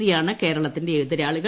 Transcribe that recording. C യാണ് കേരളത്തിന്റെ എതിരാളികൾ